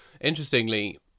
interestingly